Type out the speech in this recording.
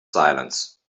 silence